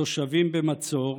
תושבים במצור,